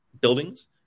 buildings